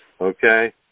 okay